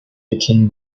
became